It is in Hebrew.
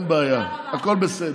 הכול בסדר.